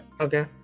okay